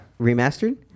remastered